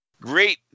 great